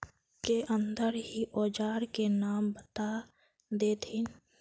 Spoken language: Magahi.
के अंदर ही औजार के नाम बता देतहिन?